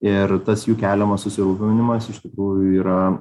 ir tas jų keliamas susirūpinimas iš tikrųjų yra